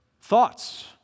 thoughts